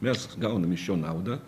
mes gaunam iš jo naudą